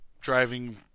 driving